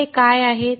तर हे काय आहेत